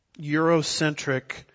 Eurocentric